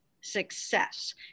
success